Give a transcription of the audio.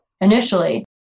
initially